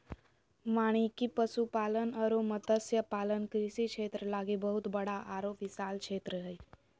वानिकी, पशुपालन अरो मत्स्य पालन कृषि क्षेत्र लागी बहुत बड़ा आरो विशाल क्षेत्र हइ